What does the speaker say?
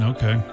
Okay